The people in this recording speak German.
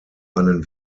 einen